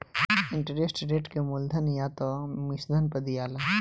interest rate के मूलधन या त मिश्रधन पर दियाला